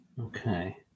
Okay